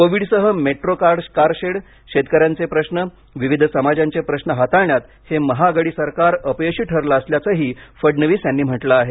कोविडसह metro car shed शेतकऱ्यांचे प्रश्न विविध समाजांचे प्रश्न हाताळण्यात हे महाआघाडी सरकार अपयशी ठरलं असल्याचंही फडणवीस यांनी म्हटलं आहे